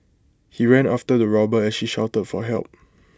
he ran after the robber as she shouted for help